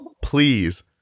please